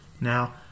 Now